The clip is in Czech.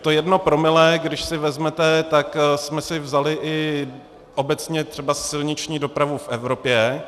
To jedno promile, když si vezmete, tak jsme si vzali i obecně silniční dopravu v Evropě.